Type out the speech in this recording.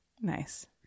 Nice